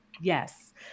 Yes